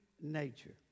nature